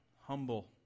humble